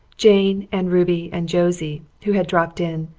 jane and ruby and josie, who had dropped in,